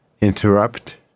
interrupt